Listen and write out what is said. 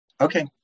Okay